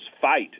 fight